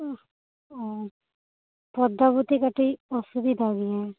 ᱚ ᱯᱫᱽᱫᱟᱵᱚᱛᱤ ᱠᱟᱹᱴᱤᱡ ᱚᱥᱩᱵᱤᱫᱟ ᱢᱮᱱᱟᱭᱟ